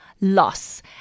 loss